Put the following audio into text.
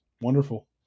wonderful